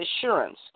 assurance